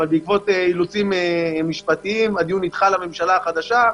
אבל בעקבות אילוצים משפטיים הדיון נדחה לממשלה החדשה,